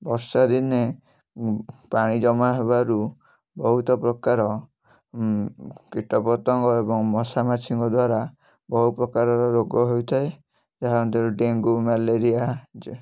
ବର୍ଷାଦିନେ ପାଣି ଜମା ହେବାରୁ ବହୁତ ପ୍ରକାର କୀଟ ପତଙ୍ଗ ଏବଂ ମଶା ମାଛିଙ୍କ ଦ୍ୱାରା ବହୁ ପ୍ରକାରର ରୋଗ ହେଉଥାଏ ଏହା ମଧ୍ୟରୁ ଡେଙ୍ଗୁ ମ୍ୟାଲେରିଆ ଯେ